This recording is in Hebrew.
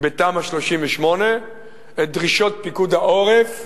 בתמ"א 38 את דרישות פיקוד העורף